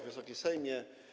Wysoki Sejmie!